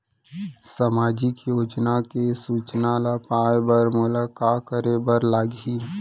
सामाजिक योजना के सूचना ल पाए बर मोला का करे बर लागही?